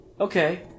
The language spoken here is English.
Okay